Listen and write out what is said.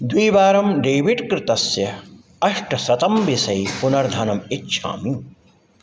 द्विवारं डेबिट् कृतस्य अष्टशतं विषये पुनर्धनम् इच्छामि